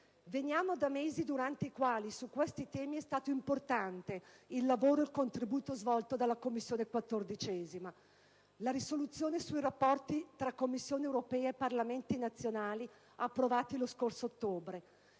Veniamo da mesi durante i quali, su questi temi, è stato importante il lavoro e il contributo svolto dalla 14a Commissione. Mi riferisco in particolare alla risoluzione sui rapporti tra Commissione europea e Parlamenti nazionali approvata lo scorso ottobre,